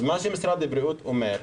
אז מה שמשרד הבריאות אומר,